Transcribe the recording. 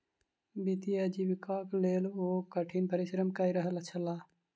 वित्तीय आजीविकाक लेल ओ कठिन परिश्रम कय रहल छलाह